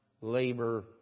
labor